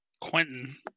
Quentin